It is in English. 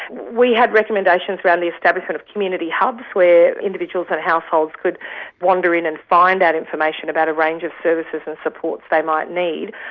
we had recommendations around the establishment of community hubs, where individuals and households could wander in and find out information about a range of services and supports they might need.